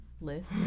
list